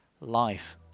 Life